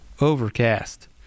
overcast